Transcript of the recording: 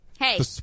Hey